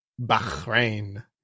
Bahrain